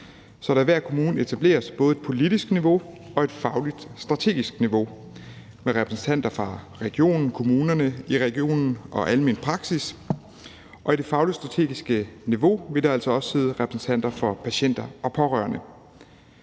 så der i hver kommune etableres både et politisk niveau og et fagligt-strategisk niveau med repræsentanter fra regionen, kommunerne i regionen og almen praksis. Og i det fagligt-strategiske niveau vil der altså også sidde repræsentanter for patienter og pårørende.